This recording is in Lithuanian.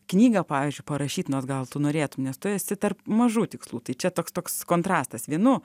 knygą pavyzdžiui parašyt nors gal tu norėtum nes tu esi tarp mažų tikslų tai čia toks toks kontrastas vienų